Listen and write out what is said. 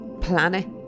planet